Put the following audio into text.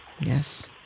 Yes